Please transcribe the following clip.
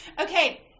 Okay